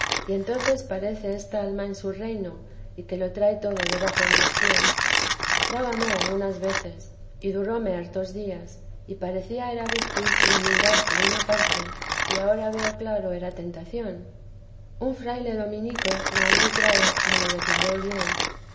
que entonces parece está el alma en su reino y que lo trae todo debajo de los pies dábame algunas veces y duróme hartos días y parecía era virtud y humildad por una parte y ahora veo claro era tentación un fraile dominico gran letrado me lo declaró bien